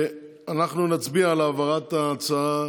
אנחנו נצביע על העברת ההצעה